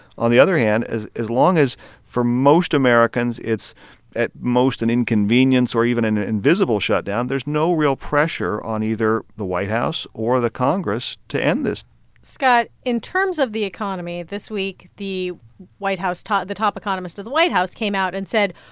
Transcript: on the other hand, as as long as for most americans, it's at most an inconvenience or even an ah invisible shutdown, there's no real pressure on either the white house or the congress to end this scott, in terms of the economy, this week, the white house the top economist of the white house came out and said,